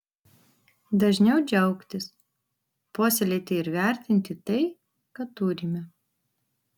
dažniau džiaugtis puoselėti ir vertinti tai ką turime